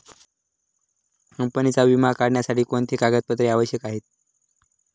कंपनीचा विमा काढण्यासाठी कोणते कागदपत्रे आवश्यक आहे?